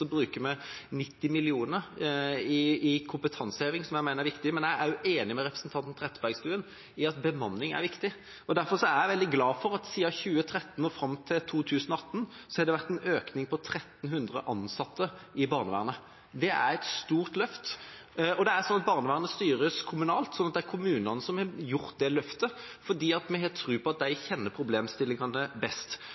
2019 bruker vi 90 mill. kr til kompetanseheving, som jeg mener er viktig. Men jeg er enig med representanten Trettebergstuen i at bemanning er viktig. Derfor er jeg veldig glad for at det siden 2013 og fram til 2018 har vært en økning på 1 300 ansatte i barnevernet. Det er et stort løft. Og barnevernet styres kommunalt, slik at det er kommunene som har gjort det løftet, fordi vi har tro på at de